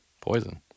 poison